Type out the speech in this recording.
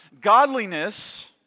godliness